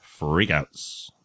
freakouts